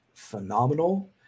phenomenal